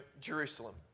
Jerusalem